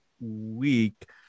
week